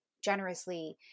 generously